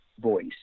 voice